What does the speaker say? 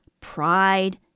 pride